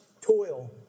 toil